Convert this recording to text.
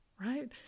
right